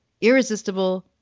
Irresistible